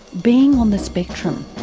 being on the spectrum.